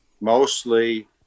Mostly